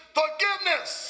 forgiveness